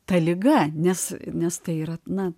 ta liga nes nes tai yra na